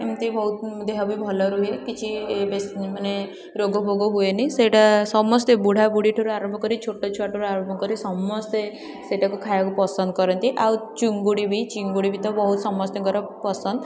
ଏମିତି ବୋହୁତ ଦେହ ବି ଭଲ ରୁହେ କିଛି ବେଶୀ ମାନେ ରୋଗଫୋଗ ହୁଏନି ସେଇଟା ସମସ୍ତେ ବୁଢ଼ାବୁଢ଼ୀ ଠାରୁ ଆରମ୍ଭ ଛୋଟ ଛୁଆ ଠାରୁ ଆରମ୍ଭ କରି ସମସ୍ତେ ସେଇଟା ଖାଇବାକୁ ପସନ୍ଦ କରନ୍ତି ଆଉ ଚିଙ୍ଗୁଡ଼ି ବି ଚିଙ୍ଗୁଡ଼ି ବି ତ ବହୁତ ସମସ୍ତଙ୍କର ପସନ୍ଦ